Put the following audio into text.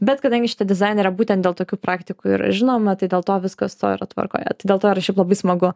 bet kadangi šita dizainerė būtent dėl tokių praktikų yra žinoma tai dėl to viskas su tuo yra tvarkoje dėl to yra šiaip labai smagu